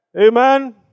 Amen